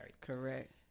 Correct